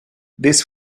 this